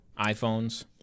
iPhones